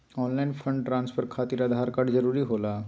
Online fund transfer खातिर Aadhaar card जरूरी होला?